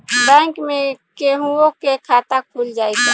Bank में केहूओ के खाता खुल जाई का?